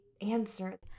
answer